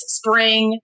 spring